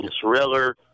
Thriller